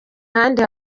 ahandi